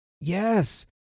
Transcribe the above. Yes